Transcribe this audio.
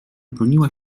broniła